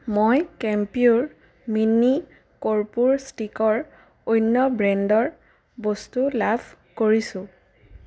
মই কেম্পিউৰ মিনি কৰ্পূৰ ষ্টিকৰ অন্য ব্ৰেণ্ডৰ বস্তু লাভ কৰিছোঁ